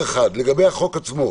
לגבי החוק עצמו.